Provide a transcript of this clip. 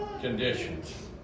conditions